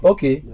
Okay